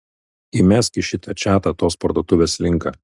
įmesk į šitą čatą tos parduotuvės linką